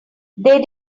they